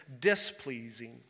displeasing